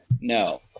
No